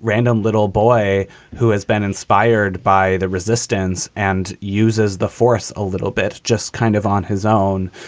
random little boy who has been inspired by the resistance and uses the force a little bit, just kind of on his own,